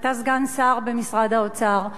אתה סגן שר במשרד האוצר,